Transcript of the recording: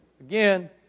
again